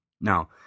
Now